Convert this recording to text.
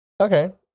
Okay